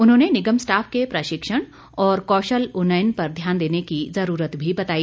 उन्होंने निगम स्टाफ के प्रशिक्षण और कौशल उन्ययन पर ध्यान देने की जरूरत भी बताई